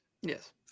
Yes